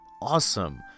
Awesome